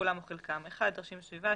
כולם או חלקם: תרשים סביבה.